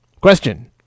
Question